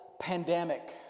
pandemic